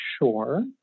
sure